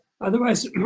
otherwise